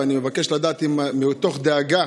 ואני מבקש לדעת אם מתוך דאגה